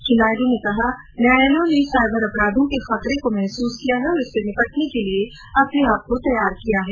श्री नायडू ने कहा कि न्यायालयों ने साइबर अपराधों के खतरे को महसूस किया है और इनसे निपटने के लिए अपने को तैयार किया है